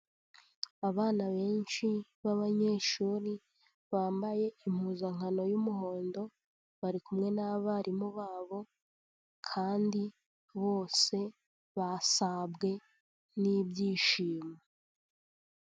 Abana benshi b'abanyeshuri bambaye impuzankano y'umuhondo bari kumwe n'abarimu babo kandi bose basabwe n'ibyishimo.